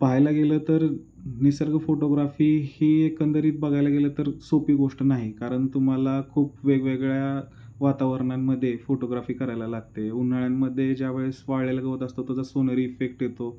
पाहायला गेलं तर निसर्ग फोटोग्राफी ही एकंदरीत बघायला गेलं तर सोपी गोष्ट नाही कारण तुम्हाला खूप वेगवेगळ्या वातावरणांमध्ये फोटोग्राफी करायला लागते उन्हाळ्यांमध्ये ज्यावेळेस वाळलेलं गवत असतं त्याचा सोनेरी इफेक्ट येतो